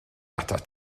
atat